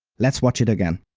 let's watch it again.